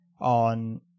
on